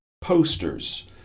posters